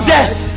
death